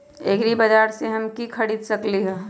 एग्रीबाजार से हम की की खरीद सकलियै ह?